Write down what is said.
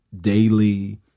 daily